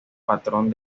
patrón